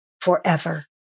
forever